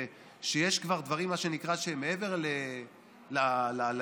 ויש כבר דברים שהם מעבר לגבולות,